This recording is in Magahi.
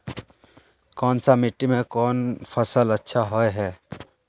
कोन सा मिट्टी में कोन फसल अच्छा होय है?